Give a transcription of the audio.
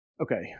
Okay